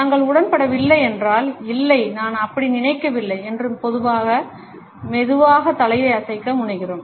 நாங்கள் உடன்படவில்லை என்றால் "இல்லை நான் அப்படி நினைக்கவில்லை" என்று மெதுவாக தலையை அசைக்க முனைகிறோம்